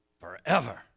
forever